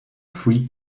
free